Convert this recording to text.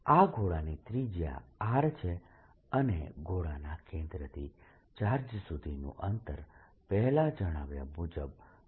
આ ગોળાની ત્રિજ્યા R છે અને ગોળાના કેન્દ્રથી ચાર્જ સુધીનું અંતર પહેલા જણાવ્યા મુજબ d છે